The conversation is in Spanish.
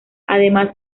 además